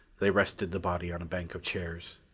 they rested the body on a bank of chairs.